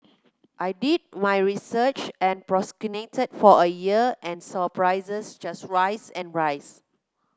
I did my research and procrastinated for a year and saw prices just rise and rise